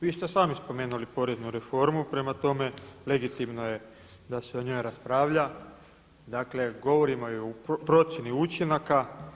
Vi ste sami spomenuli poreznu reformu prema tome legitimno je da se o njoj raspravlja, dakle govorimo o procjeni učinaka.